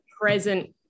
present